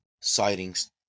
sightings